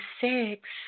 six